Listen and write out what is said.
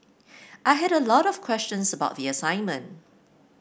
I had a lot of questions about the assignment